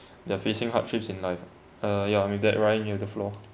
they are facing hardships in life ah uh yeah I mean that right in the floor